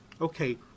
Okay